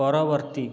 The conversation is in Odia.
ପରବର୍ତ୍ତୀ